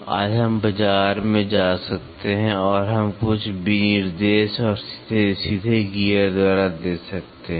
आज हम बाजार में जा सकते हैं और हम कुछ विनिर्देश और सीधे गियर द्वारा दे सकते हैं